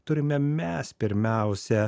turime mes pirmiausia